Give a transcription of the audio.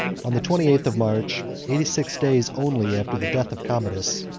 on the twenty-eighth of march, eighty-six days only after the death of commodus,